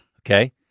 okay